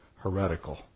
Heretical